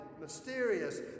mysterious